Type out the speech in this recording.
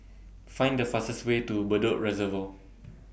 Find The fastest Way to Bedok Reservoir